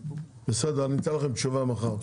בסדר, אני אתן לכם תשובה מחר.